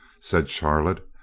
said charlotte,